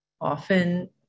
often